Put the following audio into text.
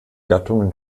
gattungen